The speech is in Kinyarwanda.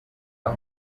abo